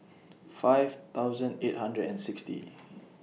five thousand eight hundred and sixty